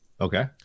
Okay